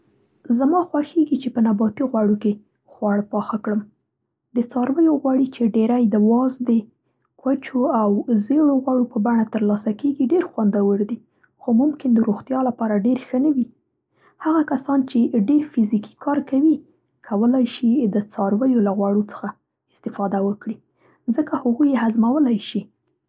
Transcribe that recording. زما خوښېږي چې په نباتي غوړو کې خواړه پاخه کړم. د څارویو غوړي چې ډېری د وازدې، کوچو او زېړو غوړو په بڼه تر لاسه کېږي ډېر خوندور دي خو ممکن د روغتیا لپاره ډېر ښه نه وي. هغه کسان چې ډېر فزیکي کار کوي کولای شي د څارویو له غوړو څخه استفاده وکړي؛ ځکه هغوی یې هضمولای شي.